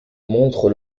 montre